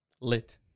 lit